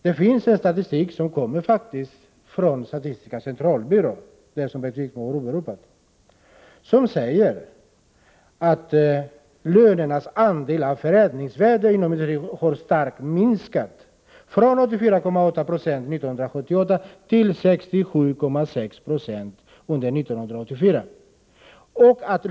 Det finns statistik från statistiska centralbyrån, som Bengt Wittbom åberopar, som säger att lönernas andel av förädlingsvärdet har starkt minskat, från 84,8 96 år 1978 till 67,6 76 under 1984.